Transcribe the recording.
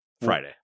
Friday